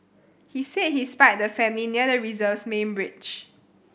he said he spied the family near the reserve's main bridge